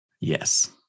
Yes